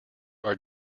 are